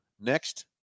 next